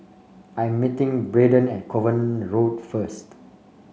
I am meeting Braedon at Kovan Road first